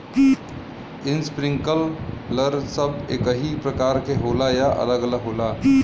Sprinkler सब एकही प्रकार के होला या अलग अलग होला?